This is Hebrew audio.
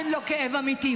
אין לו כאב אמיתי,